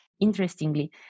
Interestingly